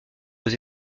aux